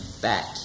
back